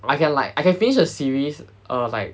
I can like I can finish a series uh like